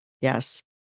Yes